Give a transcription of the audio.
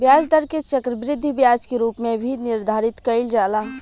ब्याज दर के चक्रवृद्धि ब्याज के रूप में भी निर्धारित कईल जाला